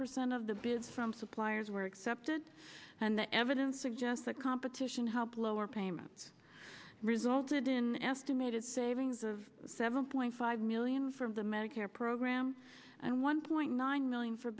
percent of the biz from suppliers were accepted and the evidence suggests that competition help lower payments resulted in estimated savings of seven point five million from the medicare program and one point nine million for